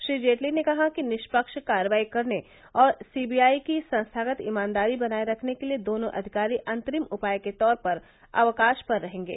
श्री जेटली ने कहा कि निष्पक्ष कार्रवाई करने और सी बी आई की संस्थागत ईमानदारी बनाये रखने के लिए दोनों अधिकारी अंतरिम उपाय के तौर पर अवकाश पर रहेंगे